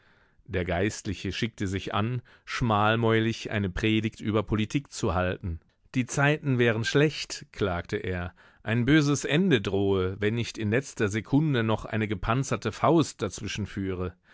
der geistliche schickte sich an schmalmäulig eine predigt über politik zu halten die zeiten wären schlecht klagte er ein böses ende drohe wenn nicht in letzter sekunde noch eine gepanzerte faust dazwischen führe